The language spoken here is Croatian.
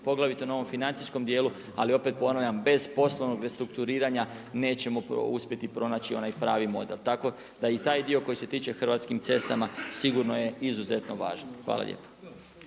poglavito na ovom financijskom dijelu. Ali opet ponavljam, bez poslovnog restrukturiranja nećemo uspjeti pronaći onaj pravi model, tako da i taj dio koji se tiče Hrvatskih cesta sigurno je izuzetno važan. Hvala lijepa.